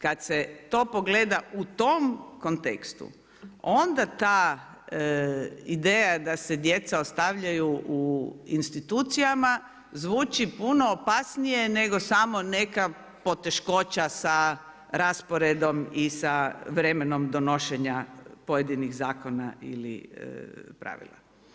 Kad se to pogleda u tom kontekstu, onda ta ideja da se djeca ostavljaju u institucijama, zvuči puno opasnije nego samo neka poteškoća sa rasporedom i sa vremenom donošenja pojedinih zakona ili pravila.